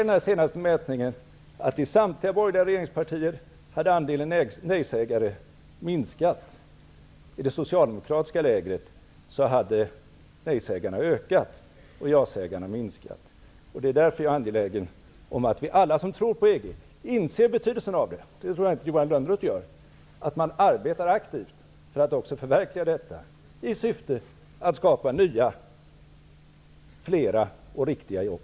Den senaste mätningen visade att andelen nej-sägare hade minskat i samtliga borgerliga regeringspartier. I det socialdemokratiska lägret hade däremot antalet nej-sägare ökat och antalet ja-sägare minskat. Därför är det angeläget att alla som tror på EG inser betydelsen -- det tror jag inte att Johan Lönnroth gör -- av att man också arbetar aktivt för att förverkliga medlemskapet i syfte att skapa flera nya och riktiga jobb.